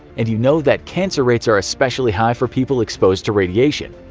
and you know that cancer rates are especially high for people exposed to radiation.